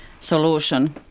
Solution